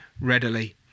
readily